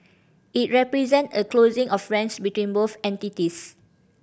it represent a closing of ranks between both entities